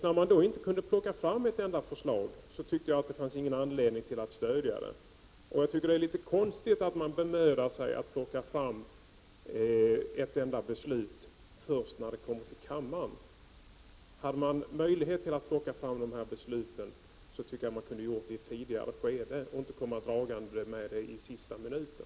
När man då inte kunde plocka fram något material, tyckte jag inte att det fanns någon anledning att stödja detta förslag. Jag tycker att det är konstigt att man bemödar sig att plocka fram material först när frågan kommer till kammaren. Hade man möjlighet att plocka fram material, tycker jag att man kunde ha gjort det i ett tidigare skede i stället för att komma dragande med det i sista minuten.